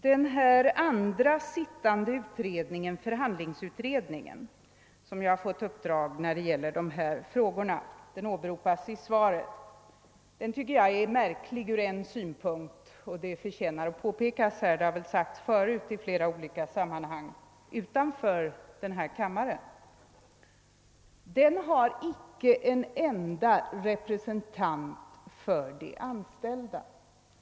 Den andra sittande utredning, förhandlingsutredningen, som fått ett uppdrag avseende detta område och som också åberopas i svaret, tycker jag ur en synpunkt är märklig, vilket förtjänar att påpekas i detta sammanhang. Det är något som också påtalats förut i flera olika sammanhang utanför denna kammare. Utredningen har icke en enda representant för de anställda.